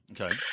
okay